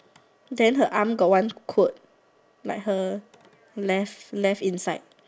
then her arm got one quote like her left left inside